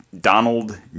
Donald